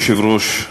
אדוני היושב-ראש,